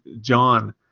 John